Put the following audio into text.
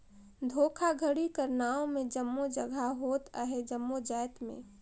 धोखाघड़ी कर नांव में जम्मो जगहा होत अहे जम्मो जाएत में